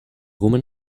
woman